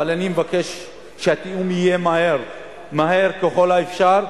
אבל אני מבקש שהתיאום יהיה מהר ככל האפשר,